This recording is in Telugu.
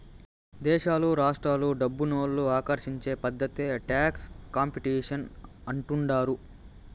దేశాలు రాష్ట్రాలు డబ్బునోళ్ళు ఆకర్షించే పద్ధతే టాక్స్ కాంపిటీషన్ అంటుండారు